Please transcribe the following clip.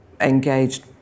engaged